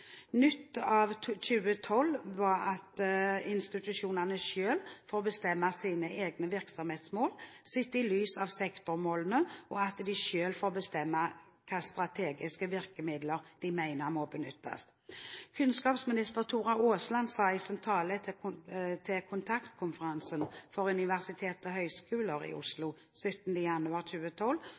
av 2012 er at institusjonene selv får bestemme sine egne virksomhetsmål sett i lys av sektormålene, og at de selv får bestemme hvilke strategiske virkemidler de mener må benyttes. Daværende kunnskapsminister Tora Aasland sa i sin tale til Kontaktkonferansen for universitets- og høyskolesektoren i Oslo 17. januar 2012